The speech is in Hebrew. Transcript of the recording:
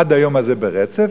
עד היום הזה ברצף,